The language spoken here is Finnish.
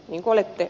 nicolette